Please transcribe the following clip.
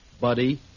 Buddy